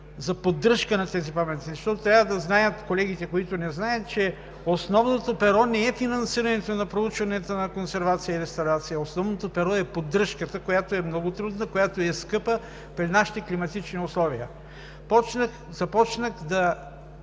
за поддръжката на тези паметници. Защото колегите, които не знаят, трябва да знаят, че основното перо не е финансирането на проучванията за консервация и реставрация. Основното перо е поддръжката, която е много трудна и много скъпа при нашите климатични условия. Започнах да